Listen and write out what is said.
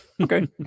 Okay